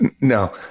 no